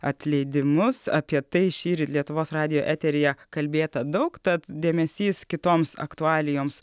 atleidimus apie tai šįryt lietuvos radijo eteryje kalbėta daug tad dėmesys kitoms aktualijoms